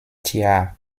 tja